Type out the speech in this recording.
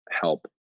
help